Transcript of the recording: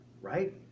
right